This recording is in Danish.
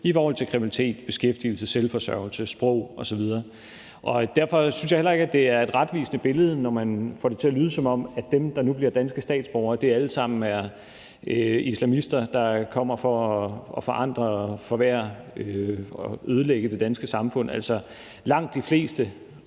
i forhold til kriminalitet, beskæftigelse, selvforsørgelse, sprog osv. Derfor synes jeg heller ikke, at det er et retvisende billede, når man får det til at lyde, som om dem, der nu bliver danske statsborgere, alle sammen er islamister, der kommer for at forandre, forværre og ødelægge det danske samfund. Altså, langt de fleste